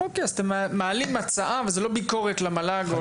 אז אתם מעלים הצעה וזו לא ביקורת כלפי המל"ג.